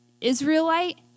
Israelite